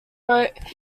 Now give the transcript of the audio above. wrote